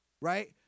right